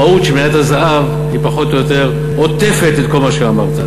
המהות של מניית הזהב פחות או יותר עוטפת את כל מה שאמרת.